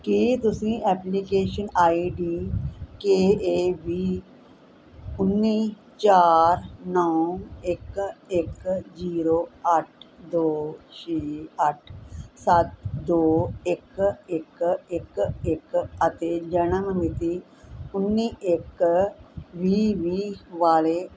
ਕੀ ਤੁਸੀਂ application ID K A ਵੀਹ ਉੱਨੀ ਚਾਰ ਨੌਂ ਇੱਕ ਇੱਕ ਜੀਰੋ ਅੱਠ ਦੋ ਛੇ ਅੱਠ ਸੱਤ ਦੋ ਇੱਕ ਇੱਕ ਇੱਕ ਇੱਕ ਅਤੇ ਜਣਮਮਿਤੀ ਉੱਨੀ ਇੱਕ ਵੀਹ ਵੀਹ ਵਾਲੇ